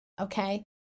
okay